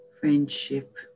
friendship